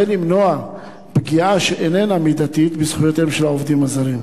למנוע פגיעה שאיננה מידתית בזכויותיהם של העובדים הזרים.